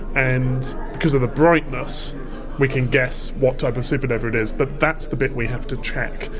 and because of the brightness we can guess what type of supernova it is, but that's the bit we have to check.